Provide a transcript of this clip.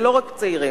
ולא רק צעירים,